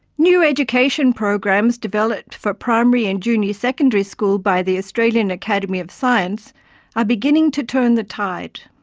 new education programs developed for primary and junior secondary school by the australian academy of science are beginning to turn the tide.